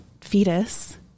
fetus